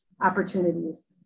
opportunities